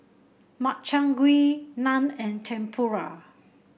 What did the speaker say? Makchang Gui Naan and Tempura